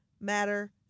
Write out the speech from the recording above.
matter